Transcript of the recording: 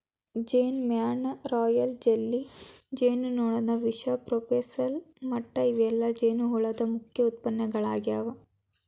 ಜೇನಮ್ಯಾಣ, royal jelly, ಜೇನುನೊಣದ ವಿಷ, propolis ಮಟ್ಟ ಇವೆಲ್ಲ ಜೇನುಹುಳದ ಮುಖ್ಯ ಉತ್ಪನ್ನಗಳಾಗ್ಯಾವ